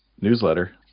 Newsletter